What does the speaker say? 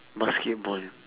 basketball